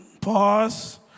Pause